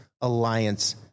alliance